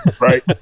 Right